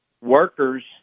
workers